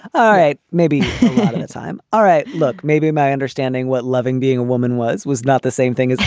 all right. maybe time. all right. look, maybe my understanding what loving being a woman was was not the same thing as